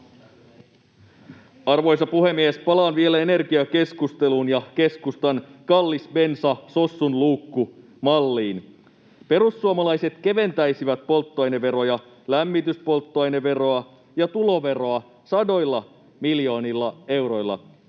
Arvoisa puhemies! Palaan vielä energiakeskusteluun ja keskustan ”kallis bensa, sossun luukku” -malliin. Perussuomalaiset keventäisivät polttoaineveroja, lämmityspolttoaineveroa ja tuloveroa sadoilla miljoonilla euroilla.